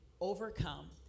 overcome